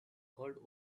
called